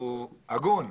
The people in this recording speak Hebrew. הוא הגון.